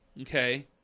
Okay